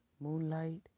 Moonlight